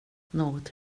något